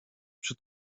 przy